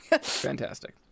Fantastic